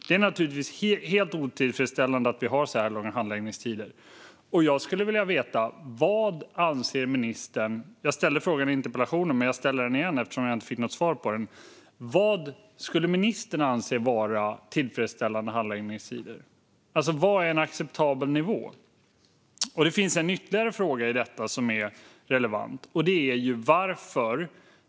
Det är naturligtvis helt otillfredsställande att vi har så här långa handläggningstider. Jag ställde en fråga i interpellationen, men jag ställer den igen eftersom jag inte fick något svar: Vad anser ministern är tillfredsställande handläggningstider? Vad är en acceptabel nivå? Det finns ytterligare en fråga i detta som är relevant.